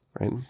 right